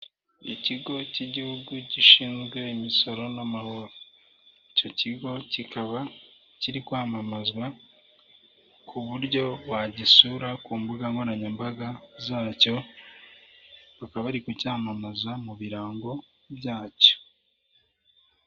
Kuri iyi shusho ya gatatu ndabona ibinyabiziga by'abashinzwe umutekano wo mu Rwanda, ikinyabiziga kimwe gifite ikarita y'ikirango k'ibinyabiziga, gifite inyuguti ra na pa nomero magana abiri na makumyabiri na kane na.